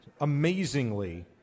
amazingly